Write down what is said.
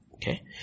Okay